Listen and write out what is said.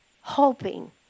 hoping